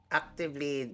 actively